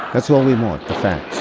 that's only more defense